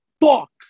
fuck